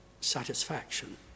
satisfaction